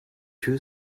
two